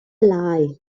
lie